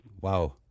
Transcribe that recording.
wow